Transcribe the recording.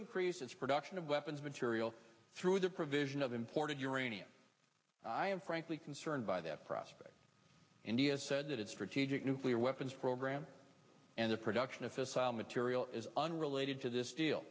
increase its production of weapons material through the provision of imported uranium i am frankly concerned by that prospect india said that its strategic nuclear weapons program and the production of fissile material is unrelated to this deal